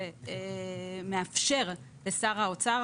שמאפשר לשר האוצר,